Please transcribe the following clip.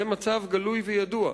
זה מצב גלוי וידוע.